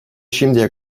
şimdiye